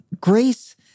grace